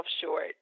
short